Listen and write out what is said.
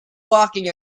walking